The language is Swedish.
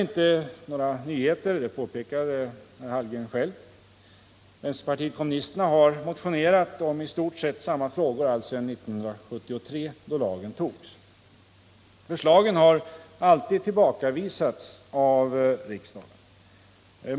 Som herr Hallgren påpekar är det inte några nyheter, utan vpk har motionerat om i stort sett samma frågor alltsedan 1973 då lagen togs. Förslagen har alltid tillbakavisats av riksdagen.